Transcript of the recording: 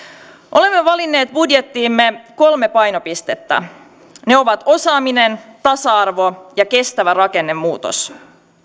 olemme valinneet budjettiimme kolme painopistettä ne ovat osaaminen tasa arvo ja kestävä rakennemuutos